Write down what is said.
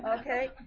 okay